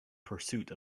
pursuit